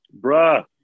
Bruh